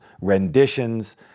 renditions